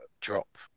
drop